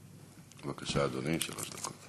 בבקשה, אדוני, שלוש דקות.